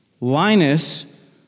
Linus